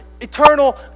eternal